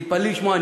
תתפלאי לשמוע,